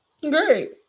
Great